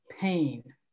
pain